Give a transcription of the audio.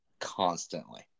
constantly